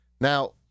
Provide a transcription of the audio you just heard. Now